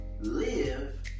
Live